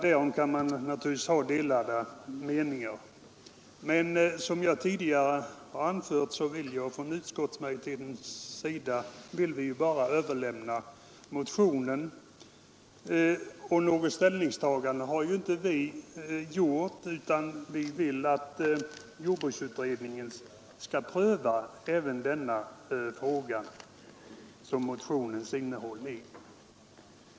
Därom kan man naturligtvis ha delade meningar, men som jag tidigare anfört vill vi i utskottsmajoriteten bara överlämna motionen till utredningen. Vi har inte gjort något ställningstagande, utan vi vill att jordbruksutredningen skall pröva motionens förslag.